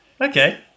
Okay